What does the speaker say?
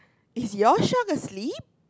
is your shark asleep